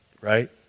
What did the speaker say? right